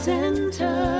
Center